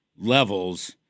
levels